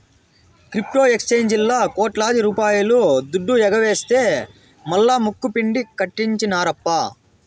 crypto ఎక్సేంజీల్లా కోట్లాది రూపాయల దుడ్డు ఎగవేస్తె మల్లా ముక్కుపిండి కట్టించినార్ప